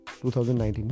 2019